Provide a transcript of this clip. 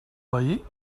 veí